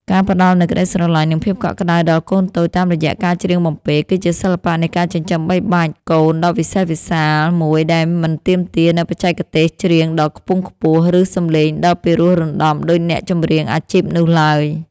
ការផ្ដល់នូវក្ដីស្រឡាញ់ និងភាពកក់ក្តៅដល់កូនតូចតាមរយៈការច្រៀងបំពេ គឺជាសិល្បៈនៃការចិញ្ចឹមបីបាច់កូនដ៏វិសេសវិសាលមួយដែលមិនទាមទារនូវបច្ចេកទេសច្រៀងដ៏ខ្ពង់ខ្ពស់ ឬសំឡេងដ៏ពីរោះរណ្ដំដូចអ្នកចម្រៀងអាជីពនោះឡើយ។